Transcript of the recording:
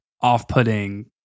off-putting